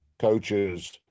coaches